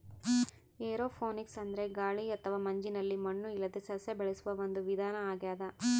aeroponics ಅಂದ್ರೆ ಗಾಳಿ ಅಥವಾ ಮಂಜಿನಲ್ಲಿ ಮಣ್ಣು ಇಲ್ಲದೇ ಸಸ್ಯ ಬೆಳೆಸುವ ಒಂದು ವಿಧಾನ ಆಗ್ಯಾದ